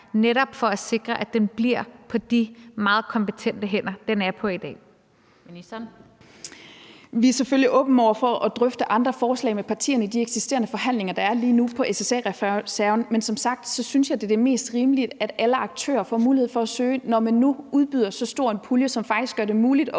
Kl. 14:30 Ministeren for ligestilling (Marie Bjerre): Vi er selvfølgelig åbne over for at drøfte andre forslag med partierne i de forhandlinger, der er lige nu om SSA-reserven, men som sagt synes jeg, at det er mest rimeligt, at alle aktører får mulighed for at søge, når man nu udbyder så stor en pulje, som faktisk gør det muligt at udbrede